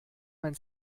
mein